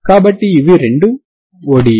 కాబట్టి ఇవి రెండు ODEలు